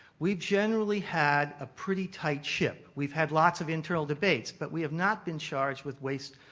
we generally had a pretty tight ship. we've had lots of internal debates but we have not been charged with waste,